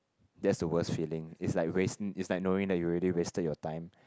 that's the worst feeling is like wasting is like knowing that you already wasted your time